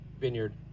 vineyard